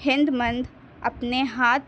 ہند مند اپنے ہاتھ